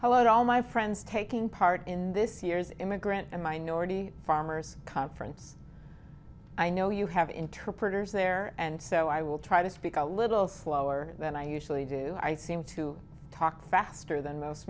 hello to all my friends taking part in this year's immigrant and minority farmers conference i know you have interpreters there and so i will try to speak a little slower than i usually do i seem to talk faster than most